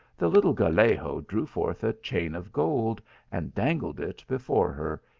the little gallego drew forth a chain of gold and dangled it before her,